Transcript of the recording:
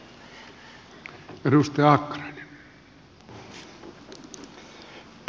arvoisa puhemies